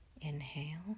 inhale